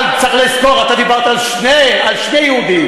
אתה דיברת על שני יהודים.